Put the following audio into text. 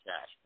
cash